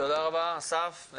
תודה רבה אסף,